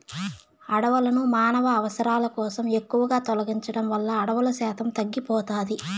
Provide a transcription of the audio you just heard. అడవులను మానవ అవసరాల కోసం ఎక్కువగా తొలగించడం వల్ల అడవుల శాతం తగ్గిపోతాది